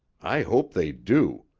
i hope they do.